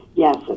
Yes